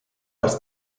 als